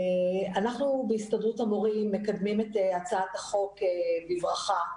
אנחנו בהסתדרות המורים מקדמים את הצעת החוק בברכה,